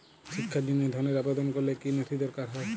শিক্ষার জন্য ধনের আবেদন করলে কী নথি দরকার হয়?